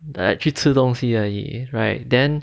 like 去吃东西而已 right then